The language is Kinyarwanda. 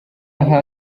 nka